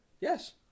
yes